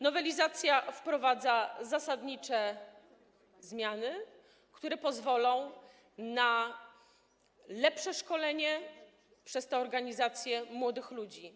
Nowelizacja wprowadza zasadnicze zmiany, które pozwolą na lepsze szkolenie przez te organizacje młodych ludzi.